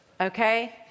okay